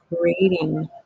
creating